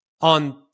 on